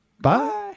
bye